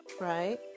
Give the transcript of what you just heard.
Right